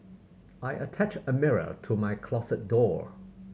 I attached a mirror to my closet door